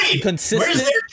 Consistent